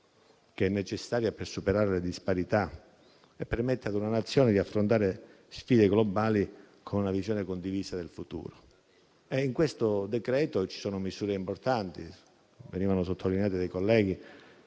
che è necessaria per superare le disparità, e permette a una nazione di affrontare sfide globali, con una visione condivisa del futuro. In questo decreto-legge ci sono misure importanti, che sono state sottolineate prima dai colleghi.